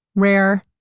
rare.